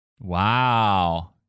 Wow